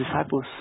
disciples